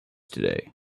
today